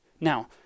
Now